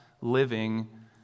living